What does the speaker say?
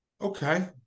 okay